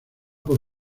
por